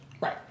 Right